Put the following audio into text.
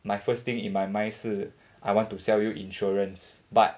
my first thing in my mind 是 I want to sell you insurance but